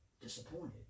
disappointed